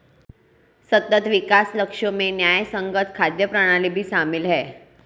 सतत विकास लक्ष्यों में न्यायसंगत खाद्य प्रणाली भी शामिल है